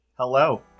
Hello